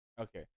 okay